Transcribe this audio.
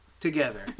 Together